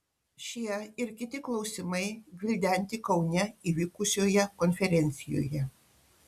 šie ir kiti klausimai gvildenti kaune įvykusioje konferencijoje